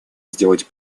сделать